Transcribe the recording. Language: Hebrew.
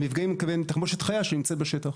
המפגעים אני מתכוון תחמושת חיה שנמצאת בשטח.